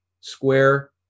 square